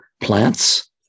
plants